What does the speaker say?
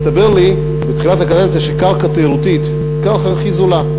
הסתבר לי בתחילת הקדנציה שקרקע תיירותית היא הקרקע הכי זולה.